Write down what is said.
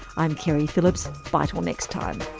i'm keri phillips. bye till next time